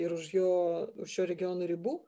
ir už jo už šio regiono ribų